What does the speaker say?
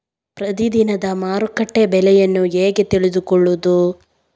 ಪ್ರತಿದಿನದ ಮಾರುಕಟ್ಟೆ ಬೆಲೆಯನ್ನು ಹೇಗೆ ತಿಳಿದುಕೊಳ್ಳುವುದು?